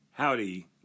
Howdy